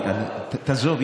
תעזוב.